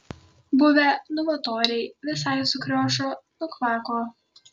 buvę novatoriai visai sukriošo nukvako